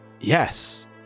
yes